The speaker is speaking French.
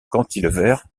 cantilever